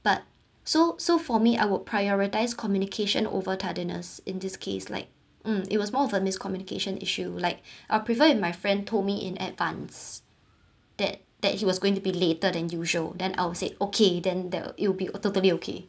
but so so for me I would prioritise communication over tardiness in this case like um it was more of a miscommunication issue like I'll prefer if my friend told me in advanced that that he was going to be later than usual then I'll say okay then that'll it will be totally okay